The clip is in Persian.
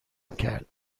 کرد